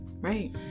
right